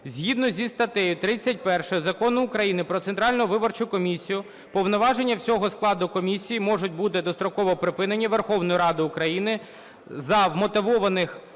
Згідно зі статтею 31 Закону України "Про Центральну виборчу комісію" повноваження всього складу комісії можуть бути достроково припинені Верховною Радою України за вмотивованим